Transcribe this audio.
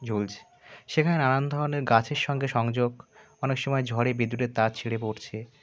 জ্বলছে সেখানে নানা ধরনের গাছের সঙ্গে সংযোগ অনেক সময় ঝড়ে বিদ্যুতের তার ছিঁড়ে পড়ছে